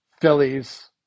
Phillies